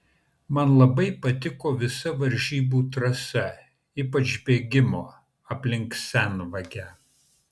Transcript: man labai patiko visa varžybų trasa ypač bėgimo aplink senvagę